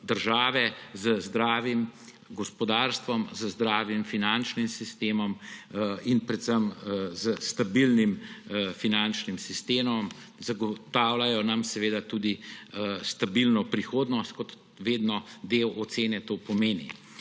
države z zdravim gospodarstvom, z zdravim finančnim sistemom in predvsem s stabilnim finančnim sistemom. Zagotavljajo nam tudi stabilno prihodnost, ker vedno del ocene to pomeni.